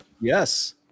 yes